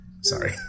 Sorry